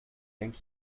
denk